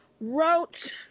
wrote